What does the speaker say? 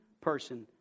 person